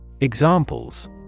Examples